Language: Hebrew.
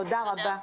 תודה רבה.